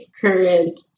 current